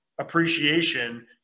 appreciation